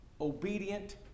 Obedient